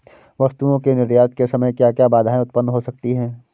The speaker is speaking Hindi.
वस्तुओं के निर्यात के समय क्या क्या बाधाएं उत्पन्न हो सकती हैं?